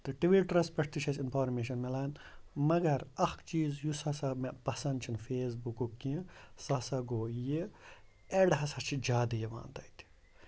تہٕ ٹٕوِٹَرَس پٮ۪ٹھ تہِ چھِ اَسہِ اِنفارمیشَن میلان مگر اَکھ چیٖز یُس ہسا مےٚ پَسَنٛد چھِنہٕ فیسبُکُک کیٚنٛہہ سُہ ہسا گوٚو یہِ اٮ۪ڈ ہسا چھِ زیادٕ یِوان تَتہِ